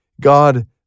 God